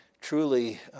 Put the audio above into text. truly